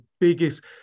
biggest